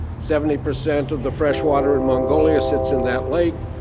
seventy percent of the fresh water in mongolia sits in that lake.